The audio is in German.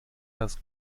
das